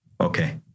Okay